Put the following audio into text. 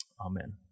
Amen